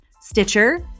Stitcher